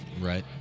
Right